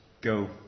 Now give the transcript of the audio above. Go